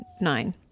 nine